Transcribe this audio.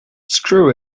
screw